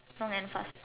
strong and fast